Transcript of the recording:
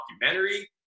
documentary